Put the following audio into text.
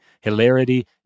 Hilarity